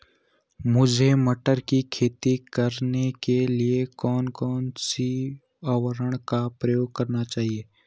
मुझे मटर की खेती करने के लिए कौन कौन से उर्वरक का प्रयोग करने चाहिए?